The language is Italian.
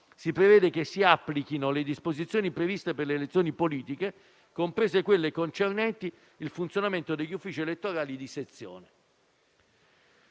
si prevede che si applichino le disposizioni previste per le elezioni politiche, comprese quelle concernenti il funzionamento degli uffici elettorali di sezione.